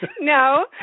no